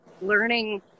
learning